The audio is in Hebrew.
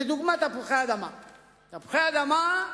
לדוגמה, תפוחי-אדמה: